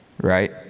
right